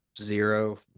Zero